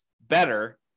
better